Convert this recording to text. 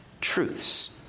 truths